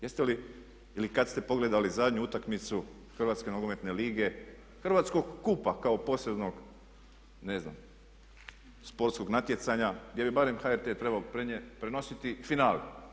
Jeste li, ili kada ste pogledali zadnju utakmicu Hrvatske nogometne lige, hrvatskog kupa kao posebnog sportskog natjecanja gdje bi barem HRT trebao prenositi finale?